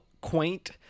quaint